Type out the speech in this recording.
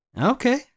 Okay